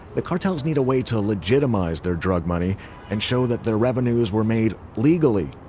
the cartels need a way to legitimize their drug money and show that their revenues were made legally.